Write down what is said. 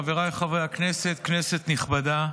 חבריי חברי הכנסת, כנסת נכבדה,